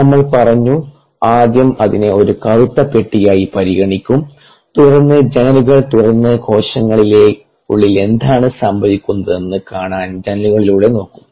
നമ്മൾ പറഞ്ഞു ആദ്യം അതിനെ ഒരു കറുത്ത പെട്ടിയായി പരിഗണിക്കും തുടർന്ന് ജനലുകൾ തുറന്ന് കോശത്തിനുള്ളിൽ എന്താണ് സംഭവിക്കുന്നതെന്ന് കാണാൻ ജനലുകളിലൂടെ നോക്കും